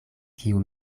kiu